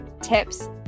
tips